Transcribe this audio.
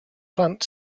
plant